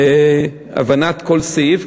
בהבנת כל סעיף,